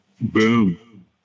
Boom